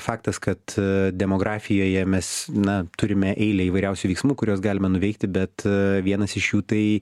faktas kad demografijoje mes na turime eilę įvairiausių veiksmų kuriuos galime nuveikti bet vienas iš jų tai